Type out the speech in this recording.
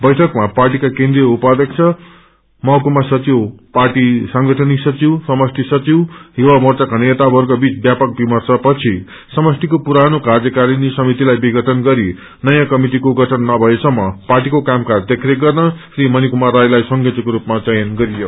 वैठकमा पार्टीका केन्द्रिय उपाध्यक्ष महककुमा सचिव पार्टी सांगठनिक सचिव समष्ओ सचिव युवा मोर्चाका नेतावर्ग बीच व्यापक विचार वर्मश पछि समध्यीको पुरानो कार्यकारिणी समितिलाई विषटन गरी नयोँ कतिटिको गठन नभएसम्म पार्टीको काम काज देखरेख गर्न श्री मणिकुमार राईलाई संयोजकको स्रपमा चयन गरियो